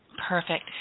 Perfect